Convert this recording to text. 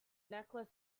necklace